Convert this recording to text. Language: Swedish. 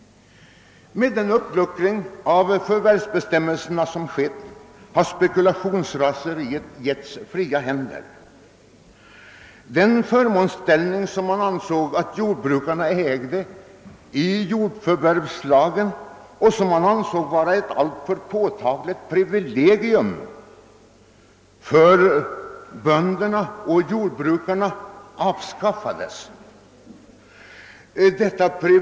Den uppluckring av förvärvsbestämmelserna som gjorts har givit spekulationsraseriet fritt spelrum. Jordbrukarnas tidigare förmånsställning i jordförvärvslagen ansågs vara ett alltför stort privilegium för bönderna och avskaffades därför.